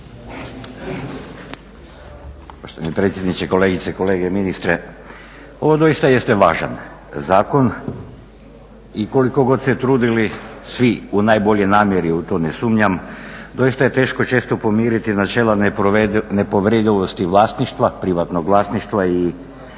Poštovani predsjedniče, kolegice i kolege, ministre. Ovo doista jeste važan zakon i koliko god se trudili svi u najboljoj namjeri u to ne sumnjam doista je teško pomiriti načela nepovredivosti privatnog vlasništva i